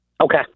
Okay